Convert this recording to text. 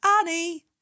Annie